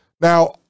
Now